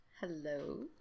Hello